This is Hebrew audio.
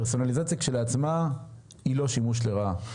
פרסונליזציה לכשעצמה היא לא שימוש לרעה.